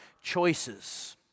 choices